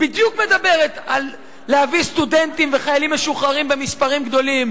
מדברת בדיוק על להביא סטודנטים וחיילים משוחררים במספרים גדולים,